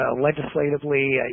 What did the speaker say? legislatively